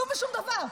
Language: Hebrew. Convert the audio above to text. כלום ושום דבר,